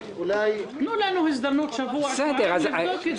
אולי תנו לנו הזדמנות של שבוע שבועיים כדי לבדוק את זה.